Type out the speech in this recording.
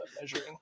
measuring